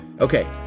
Okay